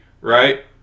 right